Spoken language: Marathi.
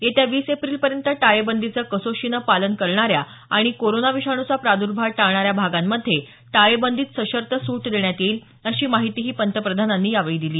येत्या वीस एप्रिलपर्यंत टाळेबंदीचं कसोशीनं पालन करणाऱ्या आणि कोरोना विषाणूचा प्राद्र्भाव टाळणाऱ्या भागांमध्ये टाळेबंदीत सशर्त सुट देण्यात येईल अशी माहितीही पंतप्रधानांनी यावेळी दिली